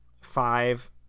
five